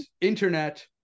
internet